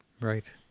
Right